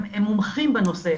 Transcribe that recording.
הם מומחים בנושא,